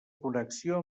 connexió